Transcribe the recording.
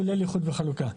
כולל איחוד וחלוקה.